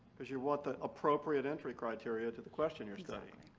because you want the appropriate entry criteria to the question you're studying.